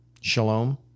shalom